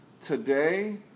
today